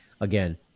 again